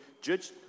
judge